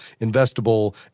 investable